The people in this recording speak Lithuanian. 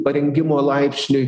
parengimo laipsniui